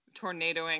tornadoing